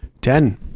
Ten